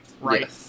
right